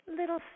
little